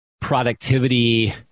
productivity